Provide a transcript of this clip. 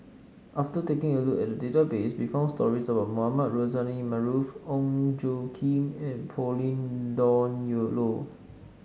after taking a look at the database we found stories about Mohamed Rozani Maarof Ong Tjoe Kim and Pauline Dawn Loh